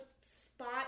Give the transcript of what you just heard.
spot